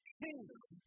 kingdom